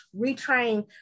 retrain